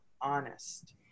honest